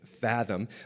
fathom